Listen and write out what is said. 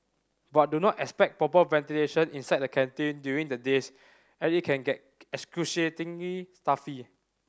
but do not expect proper ventilation inside the canteen during the days as it can get excruciatingly stuffy